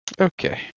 Okay